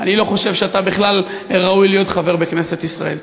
אני לא חושב שאתה בכלל ראוי להיות חבר בכנסת ישראל.